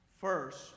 first